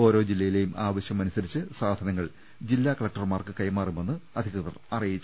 ഓരോ ജില്ലയി ലെയും ആവശ്യമനുസരിച്ച് സാധനങ്ങൾ ജില്ലാകലക്ടർമാർക്ക് കൈമാറു മെന്ന് അധികൃതർ അറിയിച്ചു